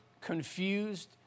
confused